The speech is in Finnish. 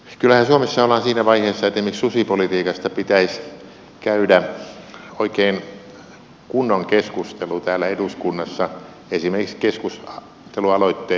kyllähän suomessa ollaan siinä vaiheessa että esimerkiksi susipolitiikasta pitäisi käydä oikein kunnon keskustelu täällä eduskunnassa esimerkiksi keskustelualoitteen pohjalta